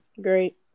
Great